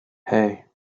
hey